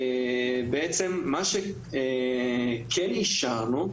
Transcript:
מה שכן אישרנו,